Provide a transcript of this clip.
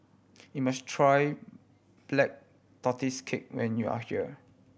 you must try Black Tortoise Cake when you are here